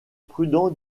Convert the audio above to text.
prudent